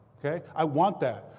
ok? i want that.